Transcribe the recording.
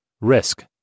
Risk